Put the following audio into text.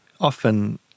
often